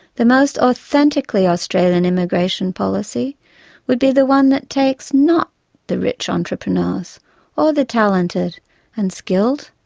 the most authentically australian immigration policy would be the one that takes, not the rich entrepreneurs or the talented and skilled,